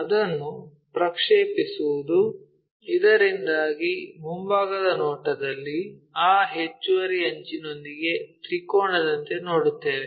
ಅದನ್ನು ಪ್ರಕ್ಷೇಪಿಸುವುದು ಇದರಿಂದಾಗಿ ಮುಂಭಾಗದ ನೋಟದಲ್ಲಿ ಈ ಹೆಚ್ಚುವರಿ ಅಂಚಿನೊಂದಿಗೆ ತ್ರಿಕೋನದಂತೆ ನೋಡುತ್ತೇವೆ